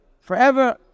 forever